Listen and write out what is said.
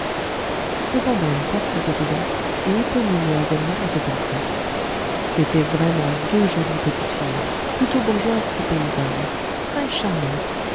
cependant une porte s'était ouverte et éponine et azelma étaient entrées c'étaient vraiment deux jolies petites filles plutôt bourgeoises que paysannes très charmantes